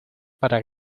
para